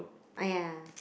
!aiya!